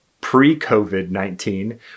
pre-COVID-19